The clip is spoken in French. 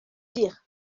dire